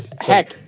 heck